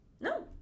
No